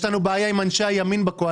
יש לנו בעיה עם אנשי הימין בקואליציה.